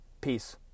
Peace